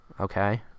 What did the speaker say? Okay